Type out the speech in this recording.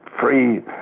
free